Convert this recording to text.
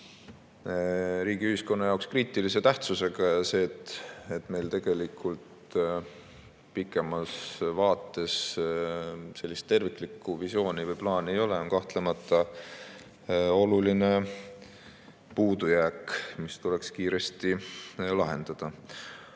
riigi ja ühiskonna jaoks kriitilise tähtsusega. See, et meil tegelikult pikemas vaates terviklikku visiooni või plaani ei ole, on kahtlemata oluline puudujääk, mis tuleks kiiresti lahendada. Aga